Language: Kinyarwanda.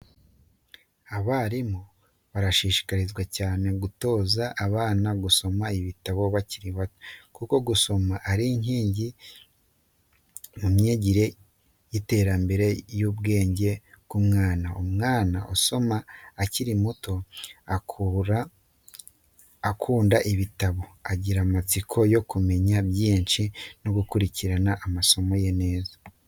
Abarimu barashishikarizwa cyane gutoza abana gusoma ibitabo bakiri bato, kuko gusoma ari inkingi mu myigire n’iterambere ry’ubwenge bw’umwana. Umwana usoma akiri muto akura akunda ibitabo, agira amatsiko yo kumenya byinshi no gukurikirana amasomo ye neza.